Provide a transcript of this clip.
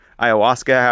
ayahuasca